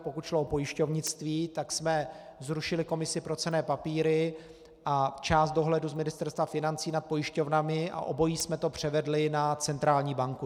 Pokud šlo o pojišťovnictví, tak jsme zrušili Komisi pro cenné papíry a část dohledu z Ministerstva financí nad pojišťovnami a obojí jsme to převedli na centrální banku.